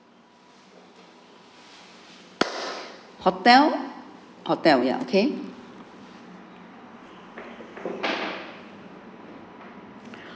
hotel hotel ya okay